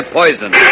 poison